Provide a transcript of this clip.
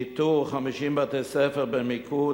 איתור 50 בתי-ספר במיקוד,